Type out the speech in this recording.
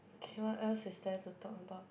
okay what else is there to talk about